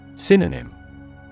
Synonym